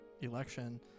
election